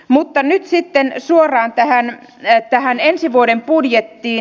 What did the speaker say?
mutta nyt sitten suoraan tähän ensi vuoden budjettiin